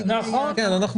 כן.